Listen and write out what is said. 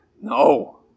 No